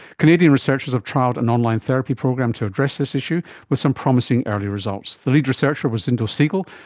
canadian researchers have trialled an online therapy program to address this issue with some promising early results. the lead researcher was zindel segal,